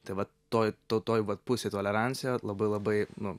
tai vat toj toj vat pusėj tolerancija labai labai nu